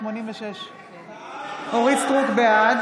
בעד